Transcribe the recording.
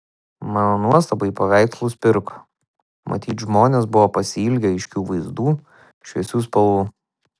mano nuostabai paveikslus pirko matyt žmonės buvo pasiilgę aiškių vaizdų šviesių spalvų